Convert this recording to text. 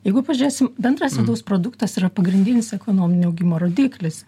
jeigu pažiūrėsim bendras vidaus produktas yra pagrindinis ekonominio augimo rodiklis